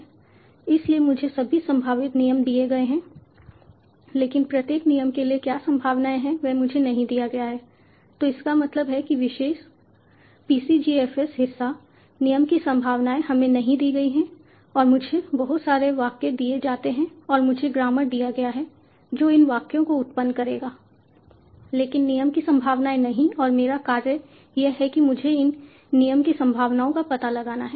इसलिए मुझे सभी संभावित नियम दिए गए हैं लेकिन प्रत्येक नियम के लिए क्या संभावनाएं हैं वह मुझे नहीं दिया गया है तो इसका मतलब है कि विशेष PCGFs हिस्सा नियम की संभावनाएं हमें नहीं दी गई है और मुझे बहुत सारे वाक्य दिए जाते हैं और मुझे ग्रामर दिया गया है जो इन वाक्यों को उत्पन्न करेगा लेकिन नियम की संभावनाएं नहीं और मेरा कार्य यह है कि मुझे इन नियमों की संभावनाओं का पता लगाना है